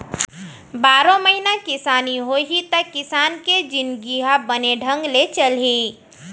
बारो महिना किसानी होही त किसान के जिनगी ह बने ढंग ले चलही